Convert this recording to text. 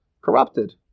corrupted